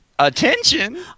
Attention